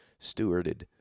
stewarded